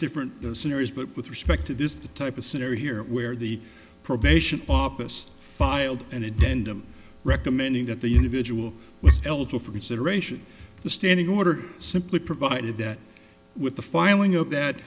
different scenarios but with respect to this type of scenario here where the probation office filed and attend i'm recommending that the individual was eligible for consideration the standing order simply provided that with the finding of that